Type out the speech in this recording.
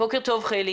בוקר טוב, חלי.